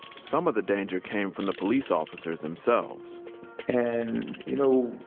some of the danger came from the police officers themselves and, you know.